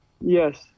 Yes